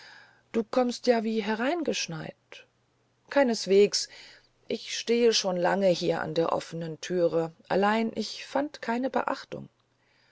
du kommst ja wie hereingeschneit keineswegs ich stehe seit lange hier in der offenen thüre allein ich fand keine beachtung